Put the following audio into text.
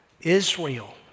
Israel